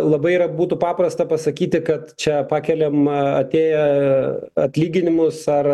labai yra būtų paprasta pasakyti kad čia pakeliam atėję atlyginimus ar